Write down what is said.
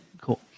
cool